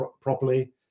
properly